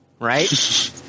right